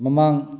ꯃꯃꯥꯡ